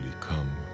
come